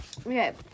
okay